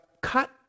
cut